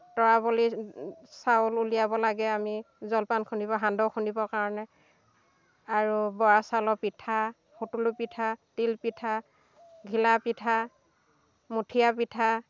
তৰাবলি চাউল উলিয়াব লাগে আমি জলপান খুন্দিব সান্দহ খুন্দিবৰ কাৰণে আৰু বৰা চাউলৰ পিঠা সুঁতুলী পিঠা তিল পিঠা ঘিলা পিঠা মুঠিয়া পিঠা